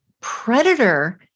predator